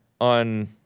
on